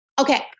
Okay